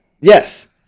Yes